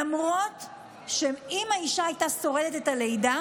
למרות שאם האישה הייתה שורדת בלידה